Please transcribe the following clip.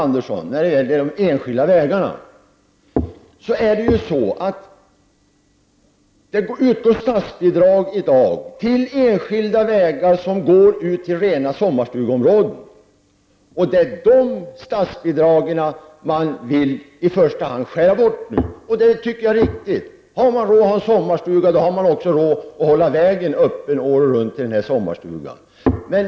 När det gäller de enskilda vägarna, Elving Andersson, betalas i dag statsbidrag till enskilda vägar som går ut till rena sommarstugeområden. Det är i första hand dessa bidrag vi vill skära bort. Det tycker jag är riktigt. Har man råd att ha en sommarstuga, har man också råd att hålla vägen öppen hela året.